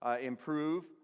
improve